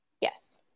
Yes